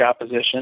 opposition